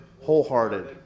Wholehearted